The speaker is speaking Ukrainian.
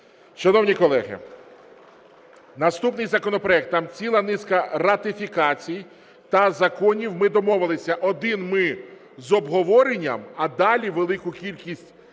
Шановні колеги, наступний законопроект, там ціла низка ратифікацій та законів. Ми домовилися, один ми з обговоренням, а далі велику кількість